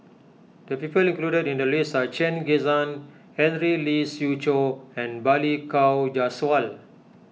the people included in the list are Chen Kezhan Henri Lee Siew Choh and Balli Kaur Jaswal